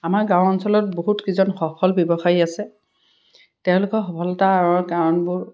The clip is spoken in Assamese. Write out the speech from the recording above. আমাৰ গাঁও অঞ্চলত বহুত কেইজন সফল ব্যৱসায়ী আছে তেওঁলোকৰ সফলতা আঁৰৰ কাৰণবোৰ